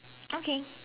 okay